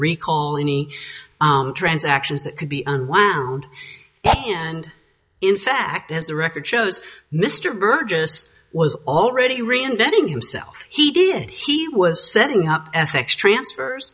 recall any transactions that could be unwound and in fact as the record shows mr burgess was already reinventing himself he did he was setting up ethics transfers